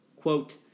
Quote